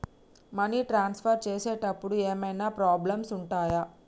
Money transfer చేసేటప్పుడు ఏమైనా problems ఉంటయా?